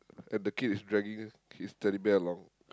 and the kid is dragging his Teddy Bear along